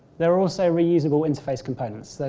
there are also re useable interface components,